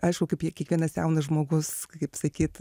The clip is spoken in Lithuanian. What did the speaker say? aišku kaip kiekvienas jaunas žmogus kaip sakyt